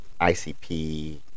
ICP